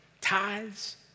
tithes